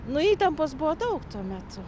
nu įtampos buvo daug tuo metu